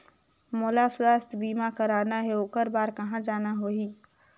मोला स्वास्थ बीमा कराना हे ओकर बार कहा जाना होही?